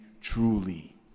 truly